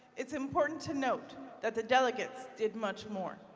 it's important to note that the delegates did much more.